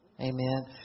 amen